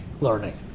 learning